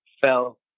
fell